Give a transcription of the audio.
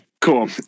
Cool